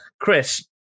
Chris